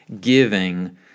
giving